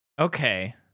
Okay